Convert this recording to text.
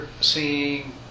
seeing